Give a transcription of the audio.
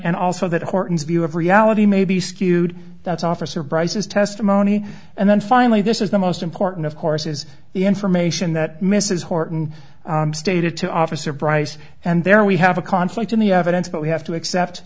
and also that horton's view of reality may be skewed that officer bryce is testimony and then finally this is the most important of course is the information that mrs horton stated to officer brice and there we have a conflict in the evidence but we have to accept